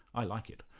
i like it'.